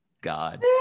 God